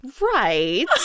Right